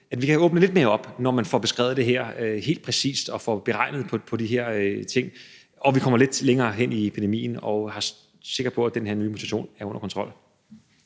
at vi kan åbne lidt mere op, når vi får beskrevet det her helt præcist og får beregnet de her ting og vi kommer lidt længere hen i epidemien og er sikre på, at den her nye mutation er under kontrol.